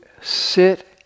sit